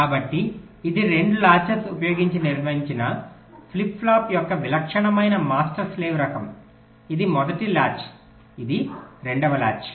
కాబట్టి ఇది రెండు లాచెస్ ఉపయోగించి నిర్మించిన ఫ్లిప్ ఫ్లాప్ యొక్క విలక్షణమైన మాస్టర్ స్లేవ్ రకం ఇది మొదటి లాచ్ ఇది రెండవ లాచ్